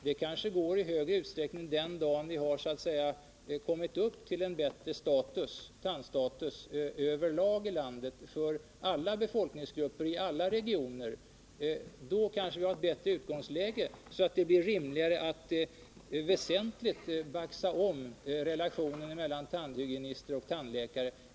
Det kanske går i större utsträckning den dag vi fått en bättre tandstatus överlag i landet, för alla befolkningsgrupper, i alla regioner. Då kanske vi har ett bättre utgångsläge, så att det blir rimligare att väsentligt ändra relationen mellan tandhygienister och tandläkare.